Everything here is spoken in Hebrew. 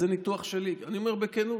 זה הניתוח שלי, אני אומר בכנות.